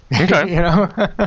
Okay